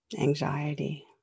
anxiety